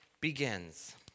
begins